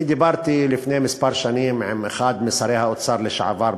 אני דיברתי לפני כמה שנים עם אחד משרי האוצר לשעבר,